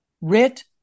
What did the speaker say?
writ